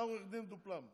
אתה עורך דין מדופלם.